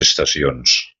estacions